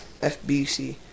FBC